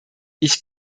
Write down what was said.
ich